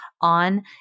on